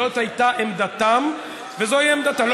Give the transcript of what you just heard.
זאת הייתה עמדתם וזוהי עמדתם.